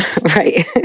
right